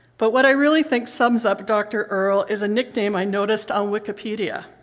but what i really think sums up dr. earle is a nickname i noticed on wikipedia,